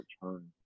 return